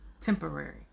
Temporary